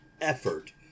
effort